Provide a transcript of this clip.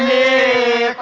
a